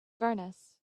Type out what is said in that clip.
furnace